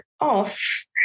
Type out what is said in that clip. off